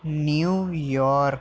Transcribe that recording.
New York